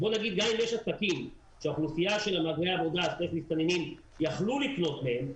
גם אם יש עסקים שהאוכלוסייה של מהגרי העבודה/מסתננים יכלו לקנות מהם,